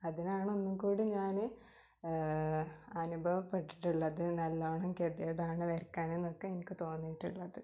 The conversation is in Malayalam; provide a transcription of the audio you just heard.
അതിനാണ് ഒന്നും കൂടി ഞാൻ അനുഭവപ്പെട്ടിട്ടുള്ളത് നല്ലോണം ഗതികേടാണ് വരയ്ക്കാനെന്നൊക്കെ എനിക്ക് തോന്നിയിട്ടുള്ളത്